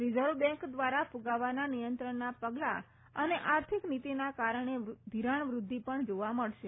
reserve bank દ્વારા કુગાવાના નિયંત્રણનાં પગલાં અને આર્થિક નીતિના કારણે ઘિરાણવૃદ્ધિ પણ જાવા મળશે